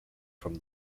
from